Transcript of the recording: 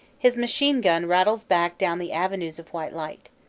his machine-gun rattles back down the avenues of white light.